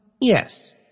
yes